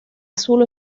azul